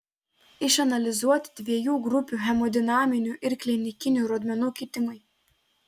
išanalizuoti dviejų grupių hemodinaminių ir klinikinių rodmenų kitimai